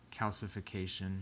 calcification